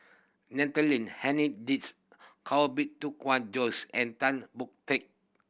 Natalie Koh Bee Tuan Joyce and Tan Boon Teik